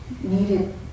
needed